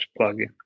plugin